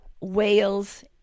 whales